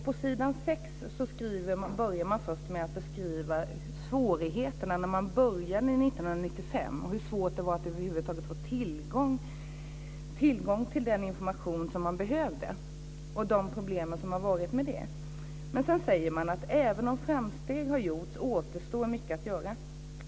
På s. 6 beskriver man svårigheterna när man började 1995, hur svårt det var att över huvud taget få tillgång till den information som man behövde och de problem man har haft med det. Sedan säger man: "Även om framsteg har gjorts återstår mycket att göra.